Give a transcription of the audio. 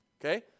Okay